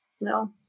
no